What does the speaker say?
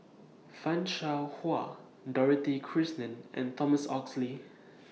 fan Shao Hua Dorothy Krishnan and Thomas Oxley